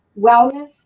wellness